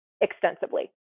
extensively